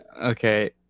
Okay